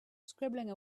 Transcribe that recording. scribbling